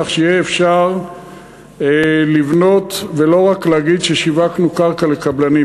כך שיהיה אפשר לבנות ולא רק להגיד ששיווקנו קרקע לקבלנים.